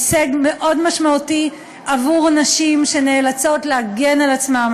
הישג מאוד משמעותי עבור נשים שנאלצות להגן על עצמן,